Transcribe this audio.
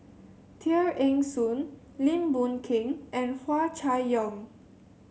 Tear Ee Soon Lim Boon Keng and Hua Chai Yong